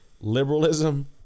liberalism